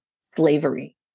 slavery